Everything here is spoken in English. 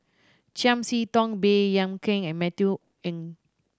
Chiam See Tong Baey Yam Keng and Matthew N